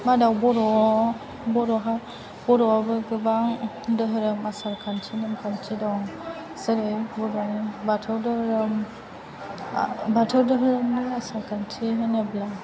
मादाव बर'आव बर'हा बर'आवबो गोबां दोहोरोम आसारखान्थि नेम खान्थि दं जेरै बर'नि बाथौ धोरोम बाथौ धोरोमनि आसार खान्थि होनोब्ला